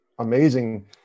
amazing